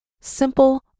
simple